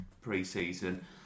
pre-season